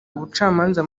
ubucamanza